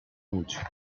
mucho